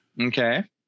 Okay